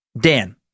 Dan